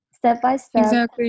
Step-by-step